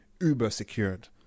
uber-secured